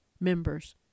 members